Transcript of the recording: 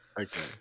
Okay